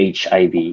HIV